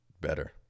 better